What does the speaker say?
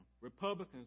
Republicans